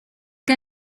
che